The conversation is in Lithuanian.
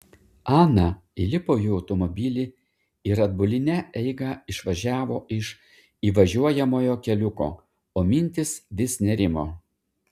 ana įlipo į automobilį ir atbuline eiga išvažiavo iš įvažiuojamojo keliuko o mintys vis nerimo